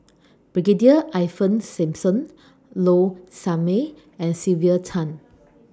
Brigadier Ivan Simson Low Sanmay and Sylvia Tan